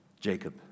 Jacob